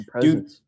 dude